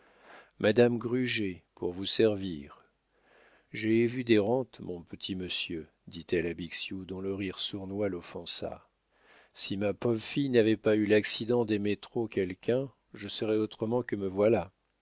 madame gruget pour vous servir j'ai évu des rentes mon petit monsieur dit-elle à bixiou dont le rire sournois l'offensa si ma pôv'fille n'avait pas eu l'accident d'aimer trop quelqu'un je serais autrement que me voilà